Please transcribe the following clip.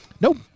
Nope